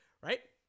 right